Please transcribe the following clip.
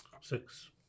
Six